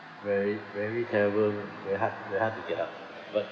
very very terrible very hard very hard to get up but